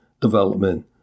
development